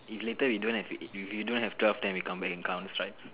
if later we don't have if you don't have twelve then we come back and count stripes